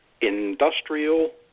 industrial